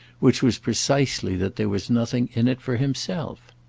which was precisely that there was nothing in it for himself.